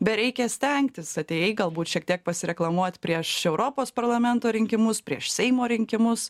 bereikia stengtis atėjai galbūt šiek tiek pasireklamuot prieš europos parlamento rinkimus prieš seimo rinkimus